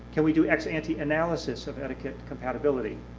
can we do ex-ante analysis of etiquette compatibility?